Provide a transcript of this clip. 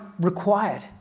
required